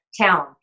town